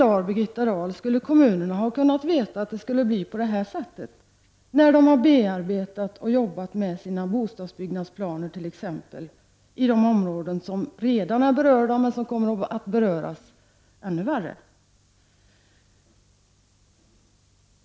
Hur, Birgitta Dahl, skulle kommunerna ha kunnat veta att det skulle bli på det här sättet när de har arbetat med sina bostadsbyggnadsplaner t.ex. i de områden som redan är berörda, men som kommer att beröras i ännu högre grad?